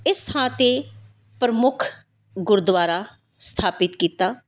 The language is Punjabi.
ਇਸ ਥਾਂ 'ਤੇ ਪ੍ਰਮੁੱਖ ਗੁਰਦੁਆਰਾ ਸਥਾਪਿਤ ਕੀਤਾ